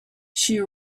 she